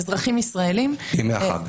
אזרחים ישראלים --- ימי החג.